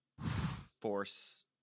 force